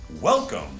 Welcome